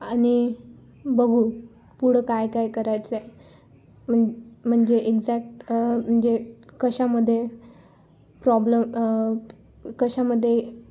आणि बघू पुढं काय काय करायचं आहे मन म्हणजे एक्झॅक्ट म्हणजे कशामध्ये प्रॉब्लेम कशामध्ये